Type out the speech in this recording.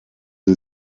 sie